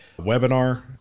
webinar